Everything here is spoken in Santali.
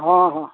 ᱦᱚᱸ ᱦᱚᱸ